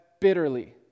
bitterly